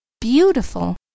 Beautiful